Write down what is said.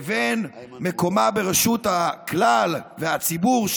לבין מקומה ברשות הכלל והציבור,